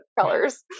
colors